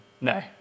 No